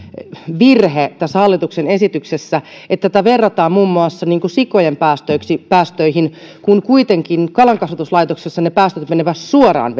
virhe tässä hallituksen esityksessä että niitä verrataan muun muassa sikojen päästöihin päästöihin kuitenkin kalankasvatuslaitoksissa ne päästöt menevät suoraan